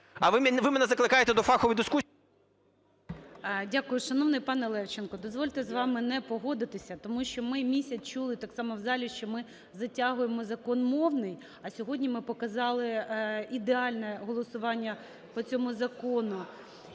А ви мене закликаєте до фахової дискусії? ГОЛОВУЮЧИЙ. Дякую. Шановний пане Левченко, дозвольте з вами не погодитися, тому що ми місяць чули так само в залі, що ми затягуємо закон мовний, а сьогодні ми показали ідеальне голосування по цьому закону.